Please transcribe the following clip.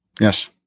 Yes